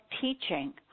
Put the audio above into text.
teaching